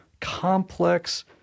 complex